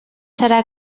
serà